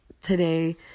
Today